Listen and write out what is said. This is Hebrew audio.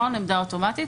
בעמדה אוטומטית,